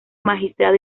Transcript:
magistrado